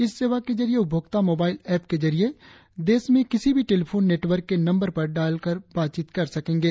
इस सेवा के जरिए उपभोक्ता मोबाइल ऐप के जरिये देश में किसी भी टेलीफोन नेटवर्क के नंबर पर डायल कर बातचीत कर सकेंगे